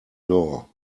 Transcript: door